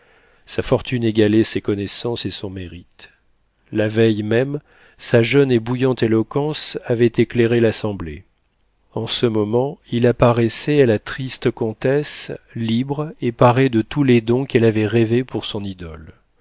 sa fortune égalait ses connaissances et son mérite la veille même sa jeune et bouillante éloquence avait éclairé l'assemblée en ce moment il apparaissait à la triste comtesse libre et paré de tous les dons qu'elle avait rêvés pour son idole